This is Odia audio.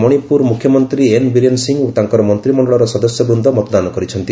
ମଣିପୁର ମୁଖ୍ୟମନ୍ତ୍ରୀ ଏନ୍ ବୀରେନ୍ ସିଂହ ଓ ତାଙ୍କର ମନ୍ତିମଣ୍ଡଳର ସଦସ୍ୟବୃନ୍ଦ ମତଦାନ କରିଛନ୍ତି